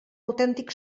autèntic